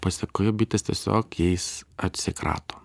pasekoje bitės tiesiog jais atsikrato